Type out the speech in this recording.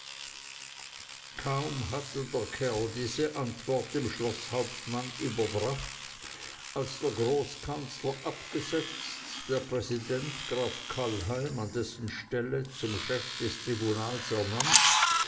kaum hatte der kerl diese antwort dem schloßhauptmann überbracht als der großkanzler abgesetzt der präsident graf kallheim an dessen stelle zum chef des tribunals ernannt